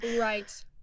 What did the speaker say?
right